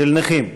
של הנכים.